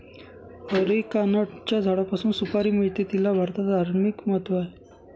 अरिकानटच्या झाडापासून सुपारी मिळते, तिला भारतात धार्मिक महत्त्व आहे